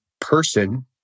person